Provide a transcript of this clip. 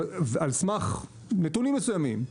על סמך נתונים מסוימים,